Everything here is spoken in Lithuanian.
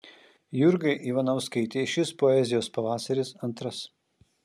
jurgai ivanauskaitei šis poezijos pavasaris antras